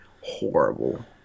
horrible